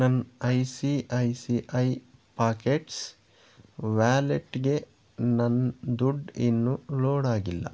ನನ್ನ I C I C I pockets ವ್ಯಾಲೆಟ್ಗೆ ನನ್ನ ದುಡ್ಡು ಇನ್ನೂ ಲೋಡ್ ಆಗಿಲ್ಲ